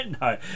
No